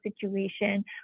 situation